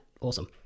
awesome